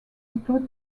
include